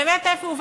באמת איפה הוא.